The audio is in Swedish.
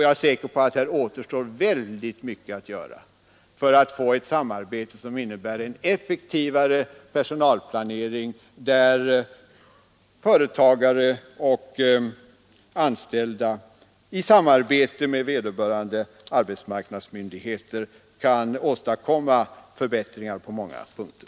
Jag är säker på att här återstår mycket att göra för att få ett samarbete som innebär en effektivare personalplanering och där företagare och anställda i samarbete med vederbörande arbetsmarknadsmyndigheter kan åstadkomma förbättringar på många punkter.